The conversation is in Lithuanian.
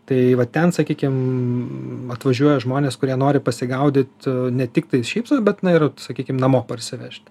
tai va ten sakykim atvažiuoja žmonės kurie nori pasigaudyt ne tiktai šiaip sau bet na ir sakykim namo parsivežti